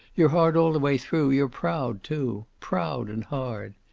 you're hard all the way through. you're proud, too. proud and hard.